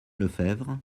lefebvre